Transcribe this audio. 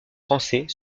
français